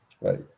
right